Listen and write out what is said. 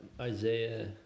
Isaiah